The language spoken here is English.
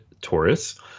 Taurus